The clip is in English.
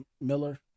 Miller